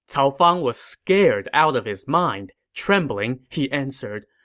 cao fang was scared out of his mind. trembling, he answered,